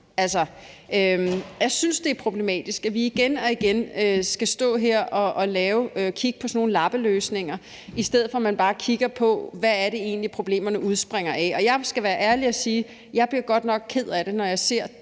Jeg synes, det er problematisk, at vi igen og igen skal stå her og kigge på sådan nogle lappeløsninger, i stedet for at man bare kigger på, hvad det egentlig er, problemerne udspringer af. Jeg skal være ærlig og sige, at jeg godt nok bliver ked af det, når jeg ser